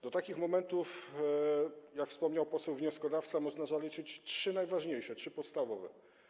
Do takich momentów, jak wspomniał poseł wnioskodawca, można zaliczyć trzy najważniejsze, trzy podstawowe.